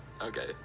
Okay